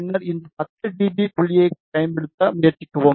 பின்னர் இந்த 10 D B புள்ளியைப் பயன்படுத்த முயற்சிக்கவும்